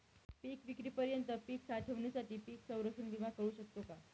पिकविक्रीपर्यंत पीक साठवणीसाठी पीक संरक्षण विमा मिळू शकतो का?